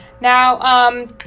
Now